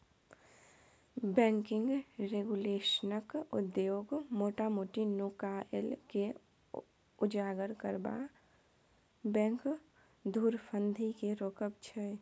banking रेगुलेशनक उद्देश्य मोटा मोटी नुकाएल केँ उजागर करब आ बैंक धुरफंदी केँ रोकब छै